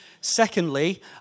Secondly